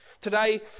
Today